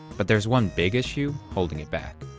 but there's one big issue holding it back.